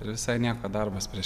ir visai nieko darbas prieš